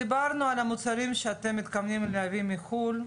דיברנו על המוצרים שאתם מתכוונים להביא מחו"ל,